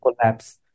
collapse